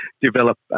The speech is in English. develop